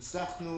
אני